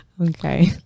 Okay